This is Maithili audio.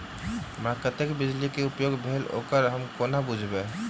हमरा कत्तेक बिजली कऽ उपयोग भेल ओकर हम कोना बुझबै?